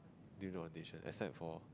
during the orientation except for